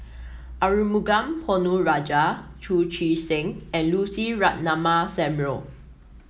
Arumugam Ponnu Rajah Chu Chee Seng and Lucy Ratnammah Samuel